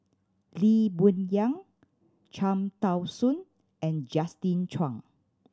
Lee Boon Yang Cham Tao Soon and Justin Zhuang